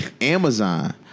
Amazon